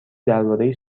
درباره